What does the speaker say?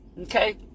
okay